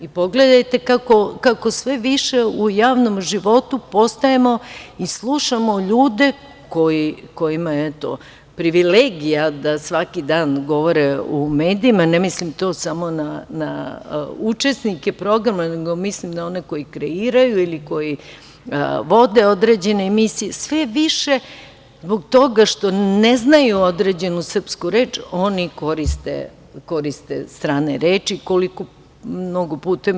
Pogledajte kako sve više u javnom životu postajemo i slušamo ljude kojima je privilegija da svaki dan govore u medijima, ne mislim to samo na učesnike programa, nego mislim i na one koji kreiraju ili koji vode određene emisije, sve više zbog toga što ne znaju određenu srpsku reč oni koriste strane reči, koliko mnogo puta.